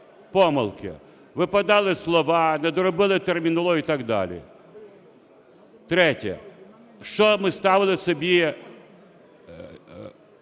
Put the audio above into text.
помилки: випадали слова, не доробили термінологію і так далі. Третє. Що ми ставили собі,